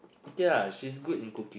okay lah she's good in cooking